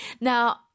now